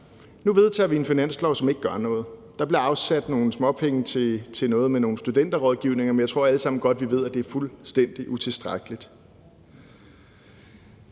Nu vedtager vi en finanslov, som ikke gør noget. Der bliver afsat nogle småpenge til noget med nogle studenterrådgivninger, men jeg tror, at vi alle sammen godt ved, at det er fuldstændig utilstrækkeligt.